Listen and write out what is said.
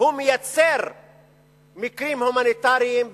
הוא מייצר מקרים הומניטריים בסיטונות.